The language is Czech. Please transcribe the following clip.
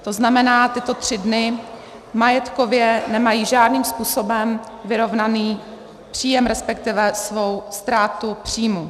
To znamená, tyto tři dny majetkově nemají žádným způsobem vyrovnaný příjem, resp. svou ztrátu příjmu.